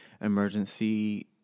emergency